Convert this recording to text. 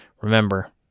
remember